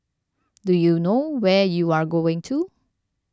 do you know where you're going to